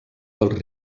dels